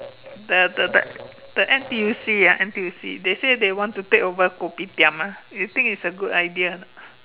the the the the N_T_U_C ah N_T_U_C they say they want to take over Kopitiam ah you think it's a good idea or not